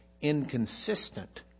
inconsistent